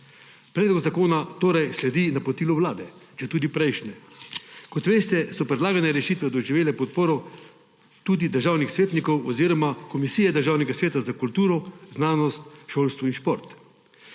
Predlog zakona torej sledi napotilu vlade, četudi prejšnje. Kot veste, so predlagane rešitve doživele podporo tudi državnih svetnikov oziroma Komisije Državnega sveta za kulturo, znanost, šolstvo in šport.